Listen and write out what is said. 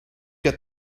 get